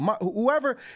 Whoever